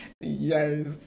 yes